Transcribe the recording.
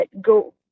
go